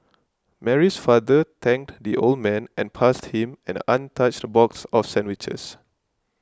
Mary's father thanked the old man and passed him an untouched box of sandwiches